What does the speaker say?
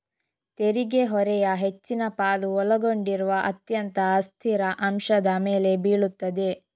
ತೆರಿಗೆ ಹೊರೆಯ ಹೆಚ್ಚಿನ ಪಾಲು ಒಳಗೊಂಡಿರುವ ಅತ್ಯಂತ ಅಸ್ಥಿರ ಅಂಶದ ಮೇಲೆ ಬೀಳುತ್ತದೆ